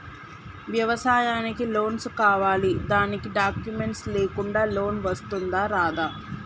వ్యవసాయానికి లోన్స్ కావాలి దానికి డాక్యుమెంట్స్ లేకుండా లోన్ వస్తుందా రాదా?